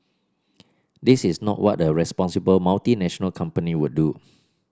this is not what a responsible multinational company would do